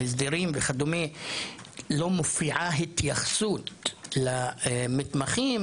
בהסדרים וכדו' לא מופיעה התייחסות למתמחים,